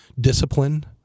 Discipline